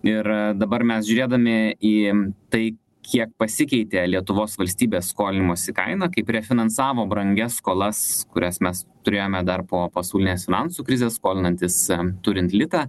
ir dabar mes žiūrėdami į tai kiek pasikeitė lietuvos valstybės skolinimosi kaina kaip refinansavo brangias skolas kurias mes turėjome dar po pasaulinės finansų krizės skolinantis em turint litą